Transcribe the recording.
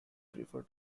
prefer